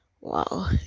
wow